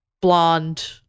blonde